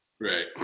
Right